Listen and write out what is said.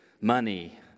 Money